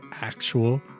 actual